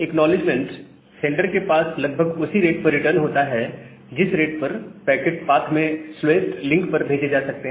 acknowledgements sender के पास लगभग उसी रेट पर रिटर्न होता है जिस रेट पर पैकेट पाथ में स्लोएस्ट लिंक पर भेजे जा सकते हैं